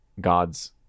God's